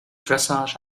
dressage